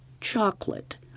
chocolate